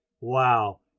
wow